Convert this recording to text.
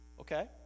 Okay